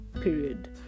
period